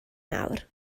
nawr